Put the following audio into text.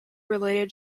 related